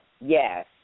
yes